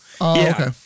okay